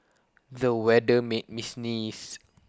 the weather made me sneeze